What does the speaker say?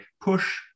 push